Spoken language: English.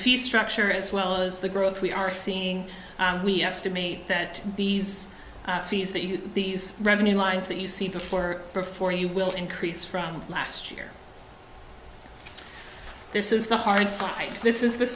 fees structure as well as the growth we are seeing we estimate that these fees that you these revenue lines that you see before before you will increase from last year this is the hard sell this is the